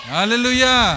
Hallelujah